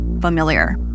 familiar